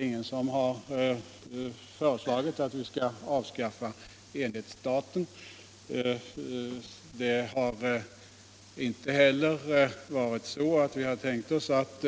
Ingen har föreslagit att vi skall avskaffa enhetsstaten. Inte heller har vi tänkt oss att